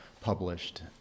published